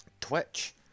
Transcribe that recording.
Twitch